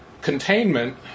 containment